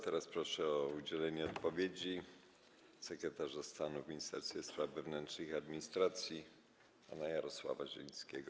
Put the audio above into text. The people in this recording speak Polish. Teraz proszę o udzielenie odpowiedzi sekretarza stanu w Ministerstwie Spraw Wewnętrznych i Administracji pana Jarosława Zielińskiego.